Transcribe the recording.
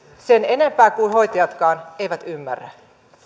sen enempää kuin hoitajatkaan ymmärrä